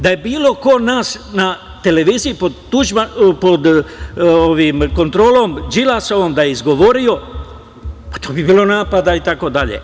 Da je bilo ko od nas na televiziji pod kontrolom Đilasovom da je izgovorio, pa to bi bilo napada itd.